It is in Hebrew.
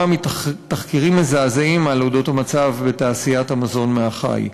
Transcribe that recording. תחקירים מזעזעים על המצב בתעשיית המזון מהחי.